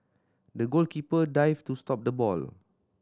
the goalkeeper dived to stop the ball